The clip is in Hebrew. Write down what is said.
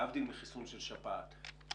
להבדיל מחיסון של שפעת,